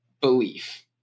belief